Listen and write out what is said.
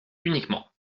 uniquement